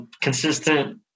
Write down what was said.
consistent –